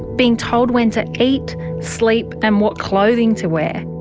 being told when to eat, sleep and what clothing to wear.